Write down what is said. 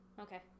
Okay